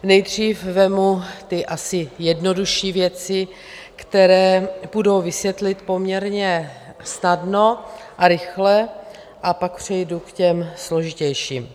Nejdřív vezmu asi ty jednodušší věci, které půjdou vysvětlit poměrně snadno a rychle, a pak přejdu k těm složitějším.